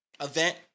event